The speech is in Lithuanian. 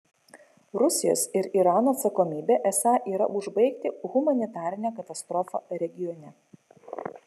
rusijos ir irano atsakomybė esą yra užbaigti humanitarinę katastrofą regione